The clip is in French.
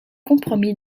compromis